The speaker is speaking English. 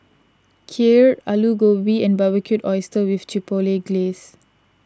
Kheer Alu Gobi and Barbecued Oysters with Chipotle Glaze